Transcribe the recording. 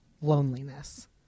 loneliness